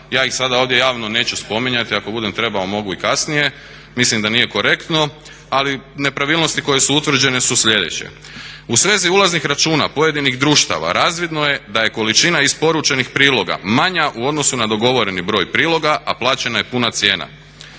ja ih sada ovdje javno neću spominjati, ako budem trebao, mogu i kasnije, mislim da nije korektno ali nepravilnosti koje su utvrđene su sljedeće. U svezi ulaznih računa pojedinih društava razvidno je da je količina isporučenih priloga manja u odnosu na dogovoreni broj priloga a plaćena je puna cijena.